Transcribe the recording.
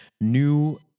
new